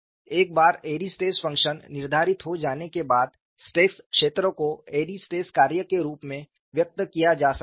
एक बार Airy stress function निर्धारित हो जाने के बाद स्ट्रेस क्षेत्र को एयरी स्ट्रेस कार्य के रूप में व्यक्त किया जा सकता है